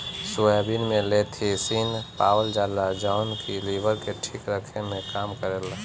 soybean में lecithin पावल जाला जवन की लीवर के ठीक रखे में काम करेला